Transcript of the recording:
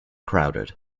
crowded